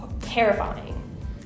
terrifying